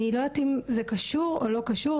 אני לא יודעת אם זה קשור או לא קשור,